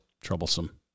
troublesome